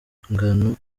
bihangano